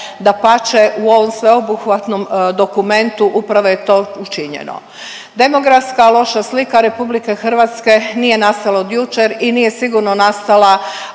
Dapače u ovom sveobuhvatnom dokumentu upravo je to učinjeno. Demografska loša slika Republike Hrvatske nije nastala od jučer i nije sigurno nastala